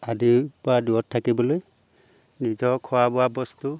আদিৰপৰা দূৰত থাকিবলৈ নিজৰ খোৱা বোৱা বস্তু